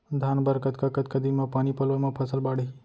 धान बर कतका कतका दिन म पानी पलोय म फसल बाड़ही?